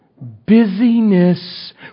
busyness